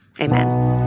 amen